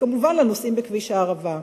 וכמובן לנוסעים בכביש הערבה.